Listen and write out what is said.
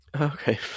Okay